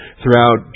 throughout